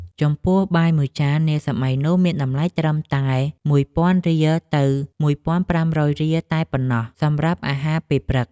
ចំពោះបាយមួយចាននាសម័យនោះមានតម្លៃត្រឹមតែមួយពាន់រៀលទៅមួយពាន់ប្រាំរយរៀលតែប៉ុណ្ណោះសម្រាប់អាហារពេលព្រឹក។